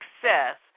success